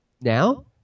Now